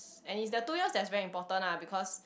and it's the two years that's very important ah because